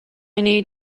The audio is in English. need